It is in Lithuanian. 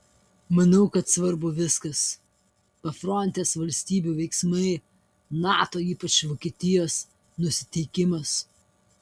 manau kad svarbu viskas pafrontės valstybių veiksmai nato ypač vokietijos nusiteikimas